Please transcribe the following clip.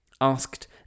asked